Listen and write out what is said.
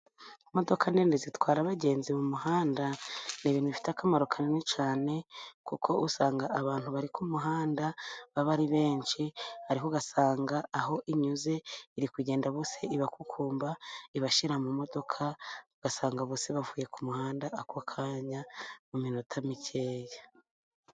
Imodoka nini zitwara abagenzi mu muhanda, ni ibintu bifite akamaro kanini cyane, kuko usanga abantu bari ku muhanda baba ari benshi, ariko ugasanga aho inyuze iri kugenda bose ibakukumba ibashyira mu modoka, ugasanga bose bavuye ku muhanda ako kanya mu minota mikeya.